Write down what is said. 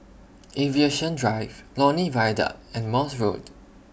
Aviation Drive Lornie Viaduct and Morse Road